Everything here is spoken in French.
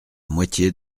moitié